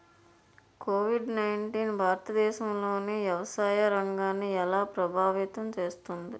Covid nineteen భారతదేశంలోని వ్యవసాయ రంగాన్ని ఎలా ప్రభావితం చేస్తుంది?